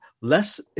less